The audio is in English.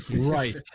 Right